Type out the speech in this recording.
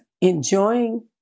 enjoying